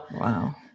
wow